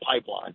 pipeline